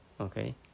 okay